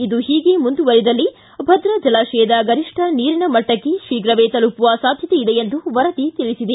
ಇದು ಹೀಗೆ ಮುಂದುವರಿದಲ್ಲಿ ಭದ್ರಾ ಜಲಾಶಯದ ಗರಿಷ್ಟ ನೀರಿನ ಮಟ್ಟಕ್ಕೆ ಶೀಘವೇ ತಲುಪುವ ಸಾಧ್ಯತೆ ಇದೆ ಎಂದು ವರದಿ ತಿಳಿಸಿದೆ